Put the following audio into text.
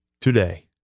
today